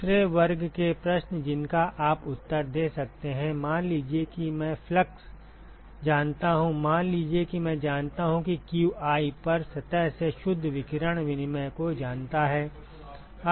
दूसरे वर्ग के प्रश्न जिनका आप उत्तर दे सकते हैं मान लीजिए कि मैं फ्लक्स जानता हूं मान लीजिए कि मैं जानता हूं कि qi हर सतह से शुद्ध विकिरण विनिमय को जानता है